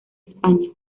españa